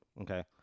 Okay